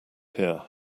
here